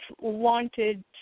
wanted